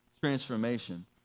transformation